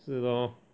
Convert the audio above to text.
是 lor